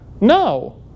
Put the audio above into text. No